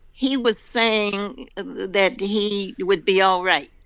he was saying that he would be all right.